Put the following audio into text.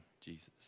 Jesus